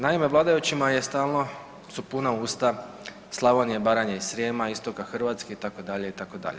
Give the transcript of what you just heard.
Naime, vladajućima su stalno puna usta Slavonije, Baranje i Srijema, istoka Hrvatske itd. itd.